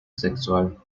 sexual